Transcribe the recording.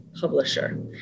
publisher